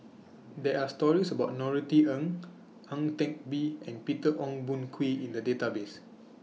There Are stories about Norothy Ng Ang Teck Bee and Peter Ong Boon Kwee in The Database